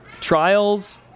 trials